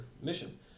mission